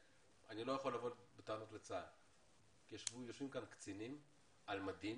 לא יכול לבוא בטענות לצה"ל כי יושבים כאן קצינים על מדים